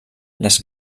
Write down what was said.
les